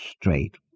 straight